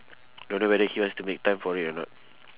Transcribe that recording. don't know whether he wants to make time for it or not